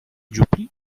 dziupli